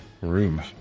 room